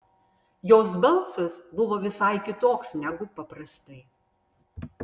jos balsas buvo visai kitoks negu paprastai